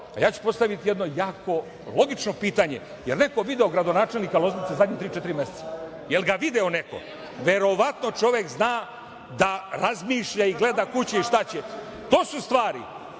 ja ću postaviti jedno jako logično pitanje, jel neko video gradonačelnika Loznice zadnjih tri-četiri meseca? Jel ga video neko? Verovatno čovek zna da razmišlja i gleda kud će i šta će. To su stvari